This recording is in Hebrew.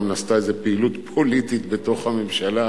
נעשתה איזו פעילות פוליטית בתוך הממשלה,